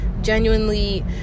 genuinely